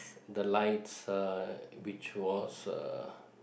the lights uh which was uh